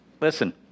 Listen